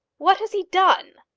what has he done?